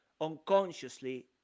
unconsciously